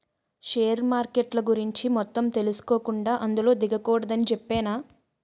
share మార్కెట్ల గురించి మొత్తం తెలుసుకోకుండా అందులో దిగకూడదని చెప్పేనా